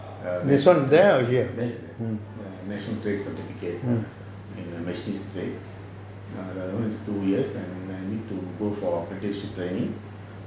err national there there ya national trade certificate in machines trade err that [one] is two years and I need to go for british training